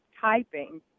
typing